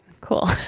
Cool